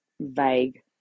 vague